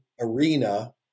arena